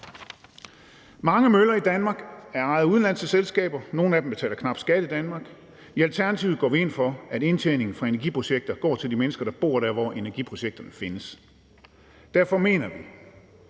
Mange møller i Danmark er ejet af udenlandske selskaber, nogle af dem betaler knap skat i Danmark. I Alternativet går vi ind for, at indtjeningen fra energiprojekter går til de mennesker, der bor der, hvor energiprojekterne findes. Derfor mener vi,